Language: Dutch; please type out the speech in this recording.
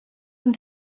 een